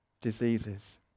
diseases